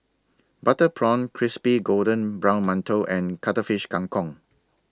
Butter Prawns Crispy Golden Brown mantou and Cuttlefish Kang Kong